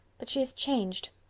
but she has changed.